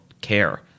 care